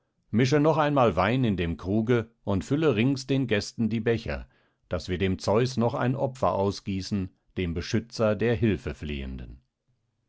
mische noch einmal wein in dem kruge und fülle rings den gästen die becher daß wir dem zeus noch ein opfer ausgießen dem beschützer der hilfeflehenden